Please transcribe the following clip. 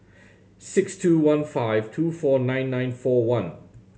six two one five two four nine nine four one